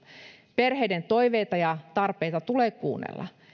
perheiden toiveita ja tarpeita tulee kuunnella